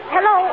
Hello